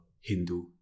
Hindu